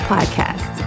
Podcast